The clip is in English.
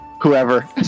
Whoever